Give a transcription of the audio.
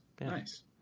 nice